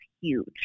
huge